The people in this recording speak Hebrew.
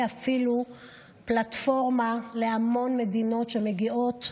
אפילו פלטפורמה להמון מדינות שמגיעות.